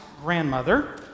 grandmother